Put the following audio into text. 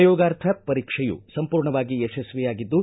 ಪ್ರಯೋಗಾರ್ಥ ಪರೀಕ್ಷೆಯು ಸಂಪೂರ್ಣವಾಗಿ ಯಶ್ವಿಯಾಗಿದ್ದು